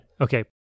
okay